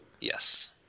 Yes